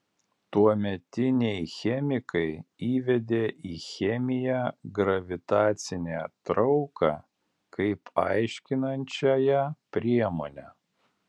tuometiniai chemikai įvedė į chemiją gravitacinę trauką kaip aiškinančiąją priemonę